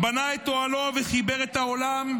מה תפקידך?